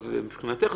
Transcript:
מבחינתך,